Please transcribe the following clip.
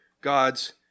God's